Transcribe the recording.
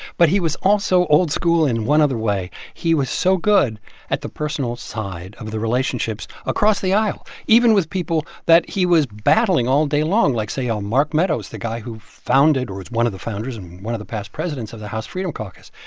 but he was also old school in one other way he was so good at the personal side of the relationships across the aisle, even with people that he was battling all day long, like say, oh, mark meadows, the guy who founded or is one of the founders and one of the past presidents of the house freedom caucus.